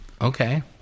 Okay